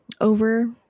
over